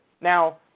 Now